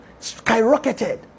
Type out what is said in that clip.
skyrocketed